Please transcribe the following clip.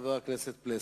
חבר הכנסת יוחנן פלסנר.